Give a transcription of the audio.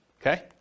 Okay